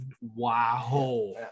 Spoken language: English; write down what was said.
Wow